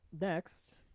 Next